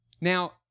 now